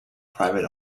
private